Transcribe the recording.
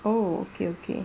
oh okay okay